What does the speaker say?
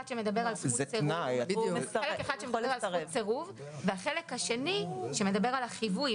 שמדבר על זכות סירוב וחלק שני שמדבר על חיווי,